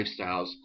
lifestyles